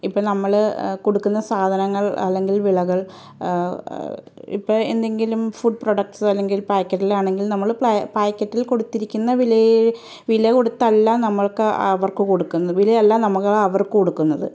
ഇപ്പം നമ്മള് കൊടുക്കുന്ന സാധനങ്ങൾ അല്ലെങ്കിൽ വിളകൾ ഇപ്പം എന്തെങ്കിലും ഫുഡ് പ്രൊഡക്ടസ് അല്ലെങ്കിൽ പാക്കറ്റിലാണെങ്കിൽ നമ്മള് പ്ലാ പ്യായ്ക്കറ്റിൽ കൊടുത്തിരിക്കുന്ന വിലയെ വില കൊടുത്തല്ല നമ്മൾക്ക് അവർക്ക് കൊടുക്കുന്നത് വിലയല്ല നമ്മൾ അവർക്ക് കൊടുക്കുന്നത്